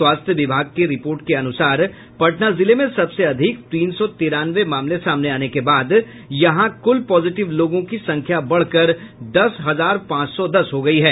स्वास्थ्य विभाग की रिपोर्ट के अनुसार पटना जिले में सबसे अधिक तीन सौ तिरानवे मामले सामने आने के बाद यहां कुल पॉजिटिव लोगों की संख्या बढ़कर दस हजार पांच सौ दस हो गई है